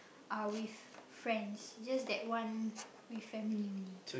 are with friends just that one with family only